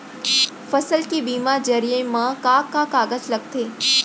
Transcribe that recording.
फसल के बीमा जरिए मा का का कागज लगथे?